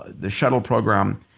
the shuttle program,